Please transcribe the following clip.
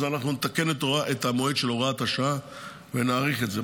אנחנו נתקן את המועד של הוראת השעה ונאריך את זה.